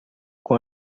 com